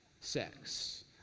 sex